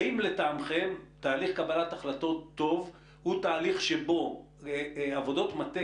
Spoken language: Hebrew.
האם לטעמכם תהליך קבלת החלטות טוב הוא תהליך שבו עבודות מטה